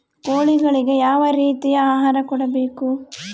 ಕೋಳಿಗಳಿಗೆ ಯಾವ ರೇತಿಯ ಆಹಾರ ಕೊಡಬೇಕು?